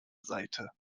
seite